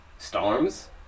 Storms